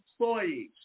employees